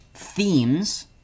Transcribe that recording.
themes